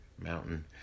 Mountain